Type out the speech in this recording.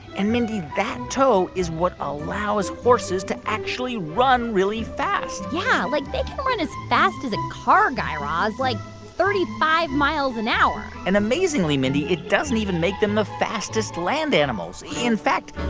and, mindy, that toe is what allows horses to actually run really fast yeah. like, they can run as fast as a car, guy raz like, thirty five miles an hour and amazingly mindy, it doesn't even make them the fastest land animals. in fact,